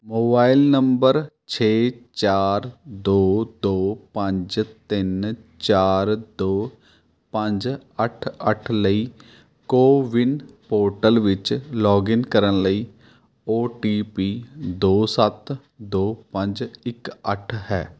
mobile number ਛੇ ਚਾਰ ਦੋ ਦੋ ਪੰਜ ਤਿੰਨ ਚਾਰ ਦੋ ਪੰਜ ਅੱਠ ਅੱਠ ਲਈ ਕੋਵਿਨ ਪੋਰਟਲ ਵਿੱਚ ਲੌਗਇਨ ਕਰਨ ਲਈ ਓ ਟੀ ਪੀ ਦੋ ਸੱਤ ਦੋ ਪੰਜ ਇੱਕ ਅੱਠ ਹੈ